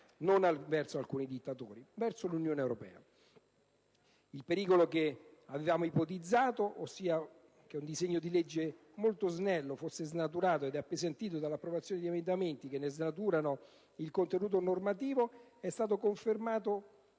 non verso alcuni dittatori ma - ripeto - verso l'Unione europea. Il pericolo che avevamo ipotizzato, ossia che un disegno di legge molto snello fosse snaturato ed appesantito dall'approvazione di emendamenti tali da stravolgerne il contenuto normativo è stato confermato,